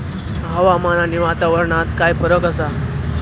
हवामान आणि वातावरणात काय फरक असा?